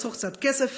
לחסוך קצת כסף,